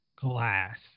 Glass